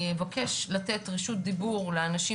אני אבקש לתת את רשות הדיבור לאנשים